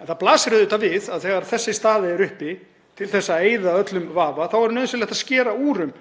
En það blasir auðvitað við þegar þessi staða er uppi, að til þess að eyða öllum vafa er nauðsynlegt að skera úr um